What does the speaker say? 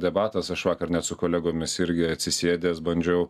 debatas aš vakar net su kolegomis irgi atsisėdęs bandžiau